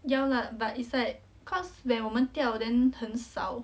ya lah but it's like cause when 我们掉 then 很少